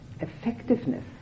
effectiveness